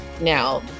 now